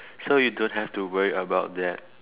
so you don't have to worry about that